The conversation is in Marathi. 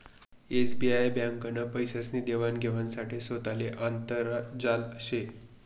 एसबीआई ब्यांकनं पैसासनी देवान घेवाण साठे सोतानं आंतरजाल शे